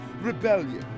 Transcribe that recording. rebellion